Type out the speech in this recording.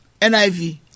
NIV